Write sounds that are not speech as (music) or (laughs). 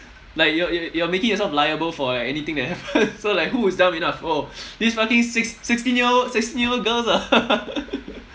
like you you you are making yourself liable for like anything that happens (laughs) so like who is dumb enough oh this fucking six~ sixteen year old sixteen year old girls ah (laughs)